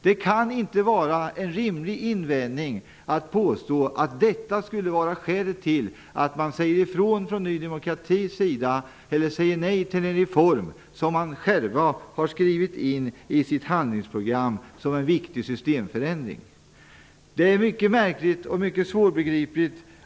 Det kan inte vara rimligt att påstå att utebliven finansiering skulle vara skälet till att Ny demokrati säger nej till en reform som man själv har skrivit in i sitt handlingsprogram som en viktig systemförändring. Detta är mycket märkligt och mycket svårbegripligt.